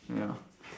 ya